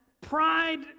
pride